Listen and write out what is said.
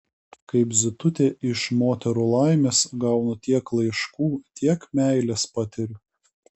kaip zitutė iš moterų laimės gaunu tiek laiškų tiek meilės patiriu